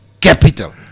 capital